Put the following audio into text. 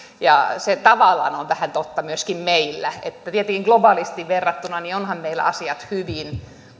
se on tavallaan vähän totta myöskin meillä tietenkin globaalisti verrattuna ovathan meillä asiat hyvin